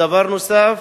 דבר נוסף,